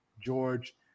George